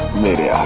made a